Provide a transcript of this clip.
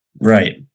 Right